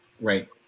Right